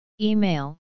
Email